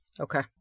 Okay